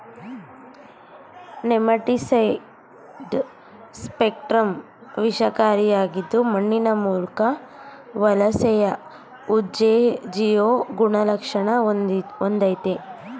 nematicide spectrum ವಿಷಕಾರಿಯಾಗಿದ್ದು ಮಣ್ಣಿನ ಮೂಲ್ಕ ವಲಸೆನ ಉತ್ತೇಜಿಸೊ ಗುಣಲಕ್ಷಣ ಹೊಂದಯ್ತೆ